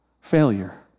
failure